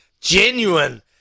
genuine